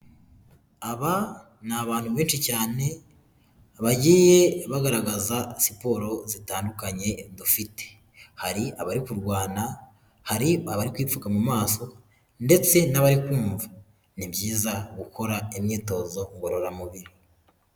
Aba ni abantu benshi cyane, bagiye bagaragaza siporo zitandukanye dufite. Hari abari kurwana, hari abari kwipfuka mu maso, ndetse n'abari kumva. Ni byiza gukora imyitozo ngororamubiri.